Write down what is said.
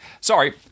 sorry